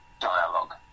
dialogue